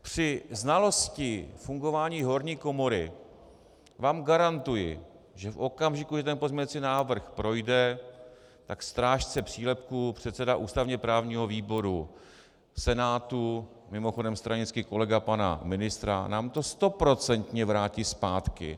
Při znalosti fungování horní komory vám garantuji, že v okamžiku, kdy ten pozměňovací návrh projde, tak strážce přílepků, předseda ústavněprávního výboru Senátu, mimochodem stranický kolega pana ministra, nám to stoprocentně vrátí zpátky.